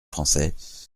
français